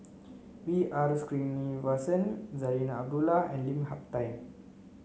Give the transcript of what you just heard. B R Sreenivasan Zarinah Abdullah and Lim Hak Tai